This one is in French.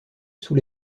sous